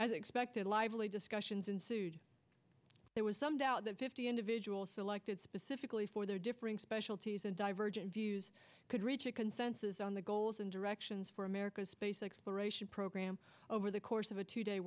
as expected lively discussions ensued there was some doubt that fifty individuals selected specifically for their differing specialties and divergent views could reach a consensus on the goals and directions for america's space exploration program over the course of a two day